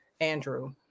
Andrew